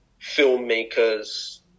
filmmakers